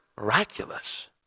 miraculous